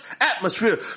atmosphere